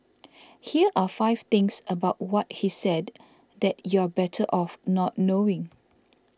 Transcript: here are five things about what he said that you're better off not knowing